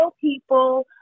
people